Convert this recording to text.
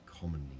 commonly